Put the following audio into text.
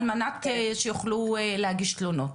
על מנת שיוכלו להגיש תלונות,